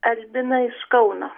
albina iš kauno